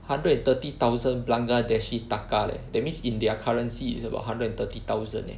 hundred and thirty thousand banglahdashi taka leh that means in their currency is about hundred and thirty thousand leh